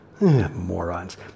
morons